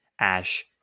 Ash